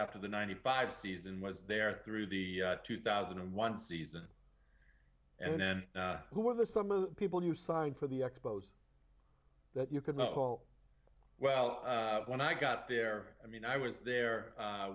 after the ninety five season was there through the two thousand and one season and then who were the some of the people who signed for the expos that you could not call well when i got there i mean i was there